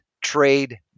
trade